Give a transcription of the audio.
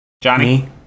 Johnny